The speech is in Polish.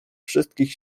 wszystkich